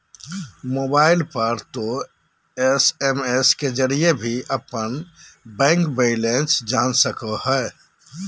mobile पर तों SMS के जरिए भी अपन बैंक बैलेंस जान सको हो